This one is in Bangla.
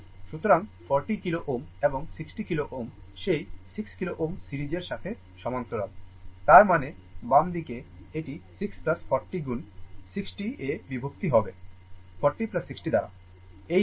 সুতরাং 40 kilo Ω এবং 60 kilo Ω সেই 6 kilo Ω সিরিজের সাথে সমান্তরাল তার মানে বাম দিকে এটি 6 40 গুণ 60 এ বিভক্ত হবে 40 60 দ্বারা এই দিক